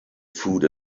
food